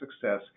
success